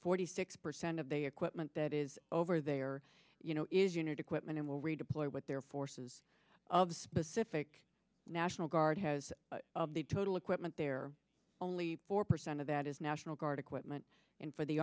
forty six percent of the equipment that is over there you know is unit equipment and will redeploy what their forces of the specific national guard has the total equipment there only four percent of that is national guard equipment and for the